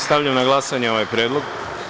Stavljam na glasanje ovaj predlog.